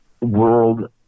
world